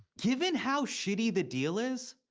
given how shitty the deal is,